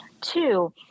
Two